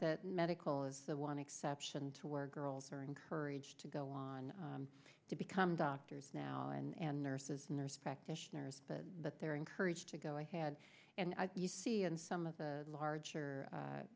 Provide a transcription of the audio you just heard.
that medical is the one exception to our girls are encouraged to go on to become doctors now and nurses nurse practitioners but they're encouraged to go ahead and you see in some of the larger